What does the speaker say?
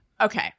Okay